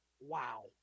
Wow